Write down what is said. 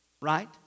Right